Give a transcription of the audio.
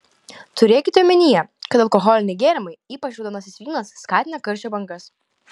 turėkite omenyje kad alkoholiniai gėrimai ypač raudonasis vynas skatina karščio bangas